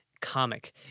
comic